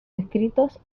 escritos